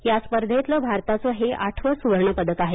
या स्पर्धेतलं भारताचं हे आठवं सुवर्ण पदक आहे